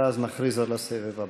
ואז נכריז על הסבב הבא.